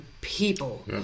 people